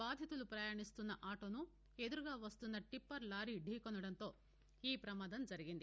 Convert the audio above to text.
బాధితులు ప్రయాణిస్తున్న ఆటోను ఎదురుగా వస్తున్న టీప్పర్ లారీ ధీకానడంతో ఈ పమాదం జరిగింది